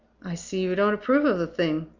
i see you don't approve of the thing,